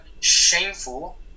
shameful